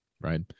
right